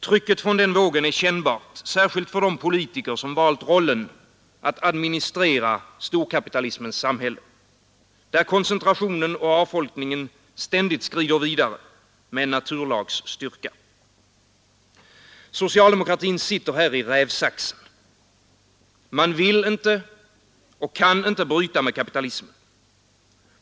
Trycket från den vågen är kännbar, särskilt för de politiker som valt rollen att administrera storkapitalismens samhälle, där koncentrationen och avfolkningen ständigt skrider vidare med en naturlags styrka. Socialdemokratin sitter här i rävsaxen. Man vill inte och kan inte bryta med kapitalismen.